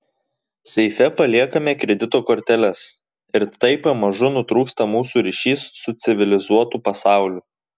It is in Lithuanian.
seife paliekame kredito korteles ir taip pamažu nutrūksta mūsų ryšys su civilizuotu pasauliu